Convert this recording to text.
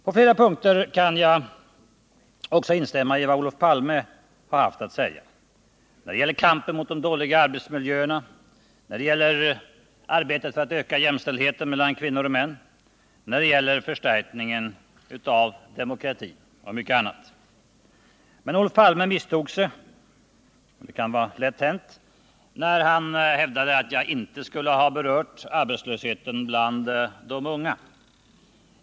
På flera punkter kan jag också instämma i vad Olof Palme hade att säga. Det gäller kampen mot de dåliga arbetsmiljöerna, det gäller arbetet för att öka jämställdheten mellan kvinnor och män, det gäller förstärkningen av demokratin och mycket annat. Men Olof Palme misstog sig — det kan vara lätt hänt — när han hävdade att jag inte skulle ha berört arbetslösheten bland de unga.